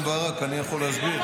מר בן ברק, אני יכול להסביר?